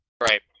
Right